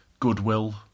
Goodwill